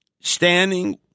Standing